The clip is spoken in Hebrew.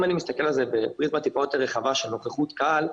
אם אני מסתכל על זה בפריזמה טיפה יותר רחבה של נוכחות קהל,